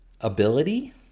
ability